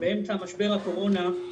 באמצע משבר הקורונה,